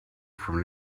from